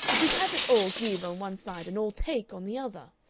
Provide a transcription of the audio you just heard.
would you have it all give on one side and all take on the other.